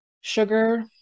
Sugar